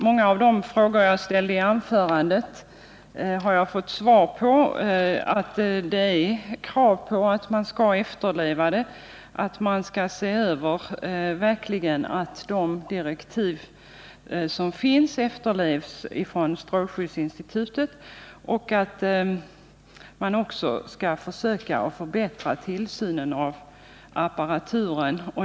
Många av de frågor jag ställde i mitt föregående anförande har jag fått svar på, t.ex. att det är krav på att gällande bestämmelser efterlevs, att man skall se över att de direktiv från strålskyddsinstitutet som finns verkligen efterlevs och att man skall försöka att förbättra tillsynen av apparaturen.